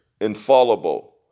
infallible